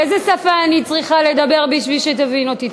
באיזה שפה אני צריכה לדבר בשביל שתבין אותי?